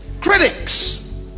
critics